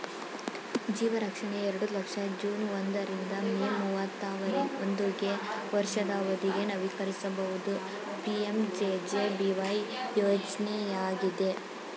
ಜೀವರಕ್ಷಣೆ ಎರಡು ಲಕ್ಷ ಜೂನ್ ಒಂದ ರಿಂದ ಮೇ ಮೂವತ್ತಾ ಒಂದುಗೆ ವರ್ಷದ ಅವಧಿಗೆ ನವೀಕರಿಸಬಹುದು ಪಿ.ಎಂ.ಜೆ.ಜೆ.ಬಿ.ವೈ ಯೋಜ್ನಯಾಗಿದೆ